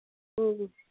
ओम